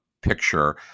picture